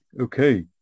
Okay